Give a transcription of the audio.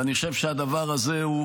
ואני חושב שהדבר הזה הוא